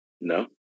No